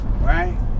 Right